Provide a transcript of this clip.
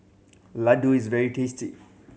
ladoo is very tasty